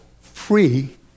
free